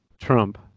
Trump